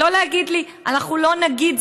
ולא להגיד לי: אנחנו לא נגיד,